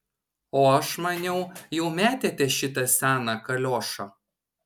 o aš maniau jau metėte šitą seną kaliošą